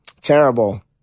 Terrible